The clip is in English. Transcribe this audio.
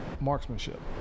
marksmanship